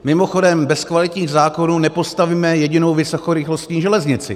Mimochodem, bez kvalitních zákonů nepostavíme jedinou vysokorychlostní železnici.